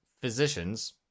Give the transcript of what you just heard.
physicians